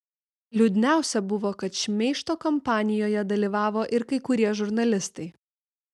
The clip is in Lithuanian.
liūdniausia buvo kad šmeižto kampanijoje dalyvavo ir kai kurie žurnalistai